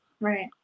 Right